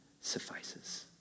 suffices